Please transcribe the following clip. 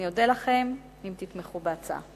אני אודה לכם אם תתמכו בהצעה.